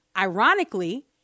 ironically